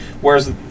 Whereas